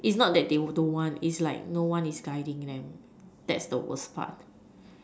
it's not that they don't want it's like no one is guiding them that's the worst part